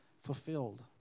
fulfilled